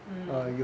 mm